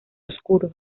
oscuro